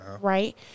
Right